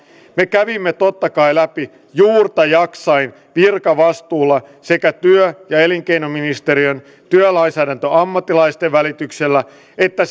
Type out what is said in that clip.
me kävimme tottakai läpi juurta jaksain virkavastuulla sekä työ ja elinkeinoministeriön työlainsäädäntöammattilaisten välityksellä että